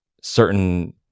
certain